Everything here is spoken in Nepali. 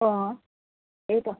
अँ त्यही त